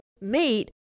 meet